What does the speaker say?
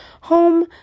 home